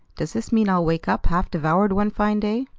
does this mean i'll wake up half devoured one fine day?